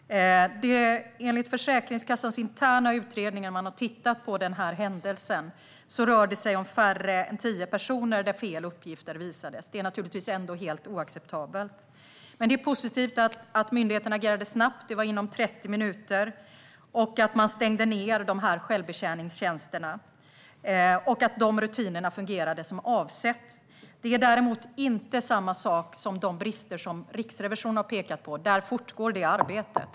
Enligt Försäkringskassans interna utredning, som har tittat på händelsen, visades fel uppgifter om färre än tio personer. Det är naturligtvis ändå helt oacceptabelt. Men det är positivt att myndigheten agerade snabbt, inom 30 minuter, och att man stängde ned självbetjäningstjänsterna. Det är också positivt att dessa rutiner fungerade som avsett. Det är däremot inte samma sak som de brister som Riksrevisionen har pekat på. Det arbetet fortgår.